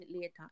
later